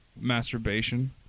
masturbation